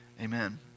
Amen